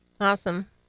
awesome